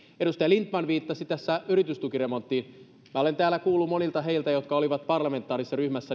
edustaja lindtman viittasi tässä yritystukiremonttiin minä olen täällä kuullut monilta heistä jotka olivat parlamentaarisessa ryhmässä